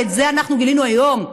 ואת זה אנחנו גילינו היום בוועדות.